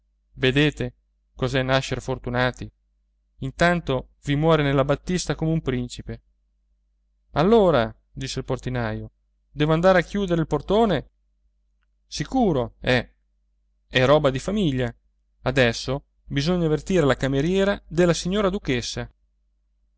vedete cos'è nascer fortunati intanto vi muore nella battista come un principe allora disse il portinaio devo andare a chiudere il portone sicuro eh è roba di famiglia adesso bisogna avvertire la cameriera della signora duchessa